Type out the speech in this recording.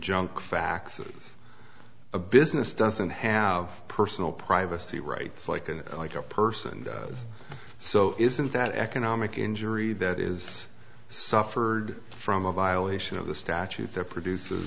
junk faxes a business doesn't have personal privacy rights like and like a person does so isn't that an economic injury that is suffered from a violation of the statute that produces